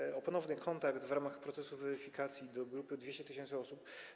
Chodzi o ponowny kontakt w ramach procesu weryfikacji do grupy 200 tys. osób.